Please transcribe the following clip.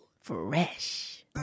Fresh